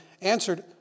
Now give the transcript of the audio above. answered